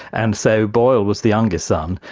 and so boyle was the youngest son,